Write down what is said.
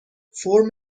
فرم